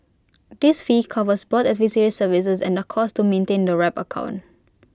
this fee covers both advisory services and the costs to maintain the wrap account